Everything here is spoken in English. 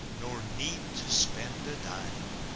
nor need to spend a dime!